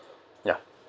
ya